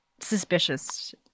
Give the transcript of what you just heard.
suspicious